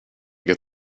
get